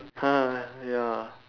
!huh! ya